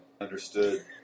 understood